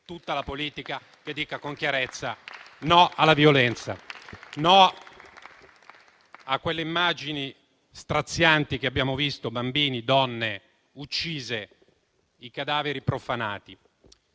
tutta la politica dica con chiarezza: no alla violenza, no a quelle immagini strazianti che abbiamo visto, con bambini e donne uccise e cadaveri profanati.